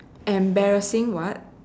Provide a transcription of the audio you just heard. embarrassing what